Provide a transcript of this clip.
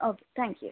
okay thank you